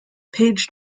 page